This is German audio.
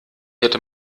hätte